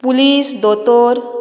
police दोतोर